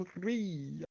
three